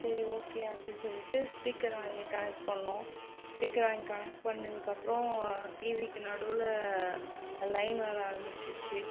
சரி ஓகே அப்படின் சொல்லிவிட்டு ஸ்பீக்கர் வாங்கி கனெக்ட் பண்ணிணோம் ஸ்பீக்கர் வாங்கி கனெக்ட் பண்ணுனக்கப்புறம் டிவிக்கு நடுவில் லைன் வர ஆரமிச்சுருச்சு